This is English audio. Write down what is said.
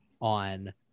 on